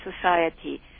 society